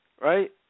right